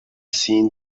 seen